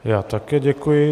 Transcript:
Já také děkuji.